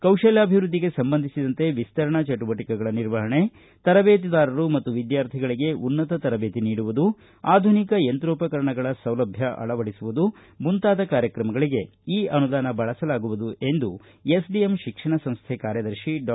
ಕೌಶಲಾಭಿವೃದ್ದಿಗೆ ಸಂಬಂಧಿಸಿದಂತೆ ವಿಸ್ತರಣಾ ಚಟುವಟಿಕೆಗಳ ನಿರ್ವಹಣೆ ತರಬೇತುದಾರರಿಗೆ ಮತ್ತು ವಿದ್ಯಾರ್ಥಿಗಳಿಗೆ ಉನ್ನತ ತರಬೇತಿ ನೀಡುವುದು ಆಧುನಿಕ ಯಂತ್ರೋಪಕರಣಗಳ ಸೌಲಭ್ಧ ಅಳವಡಿಸುವುದು ಮುಂತಾದ ಕಾರ್ಯಕ್ರಮಗಳಿಗೆ ಈ ಅನುದಾನ ಬಳಸಲಾಗುವುದು ಎಂದು ಎಸ್ ಡಿ ಎಂ ಶಿಕ್ಷಣ ಸಂಶ್ಥೆ ಕಾರ್ಯದರ್ಶಿ ಡಾ